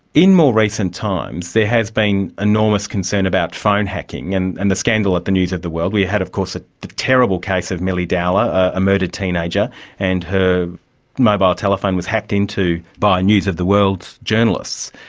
in more recent times there has been enormous concern about phone hacking and and the scandal at the news of the world. we had of course ah the terrible case of milly dowler, a murdered teenager and her mobile telephone was hacked into by news of the world journalists.